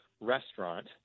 restaurant